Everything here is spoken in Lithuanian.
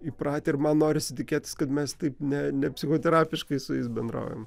įpratę ir man norisi tikėtis kad mes taip ne nepsichoterapiškai su jais bendraujam